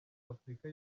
afurika